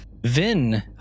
Vin